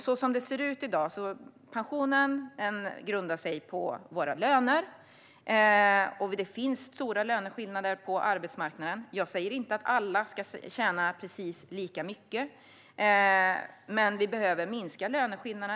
Så som det ser ut i dag grundar sig pensionen på våra löner, och det finns stora löneskillnader på arbetsmarknaden. Jag säger inte att alla ska tjäna precis lika mycket. Men vi behöver minska löneskillnaderna.